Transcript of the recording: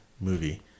movie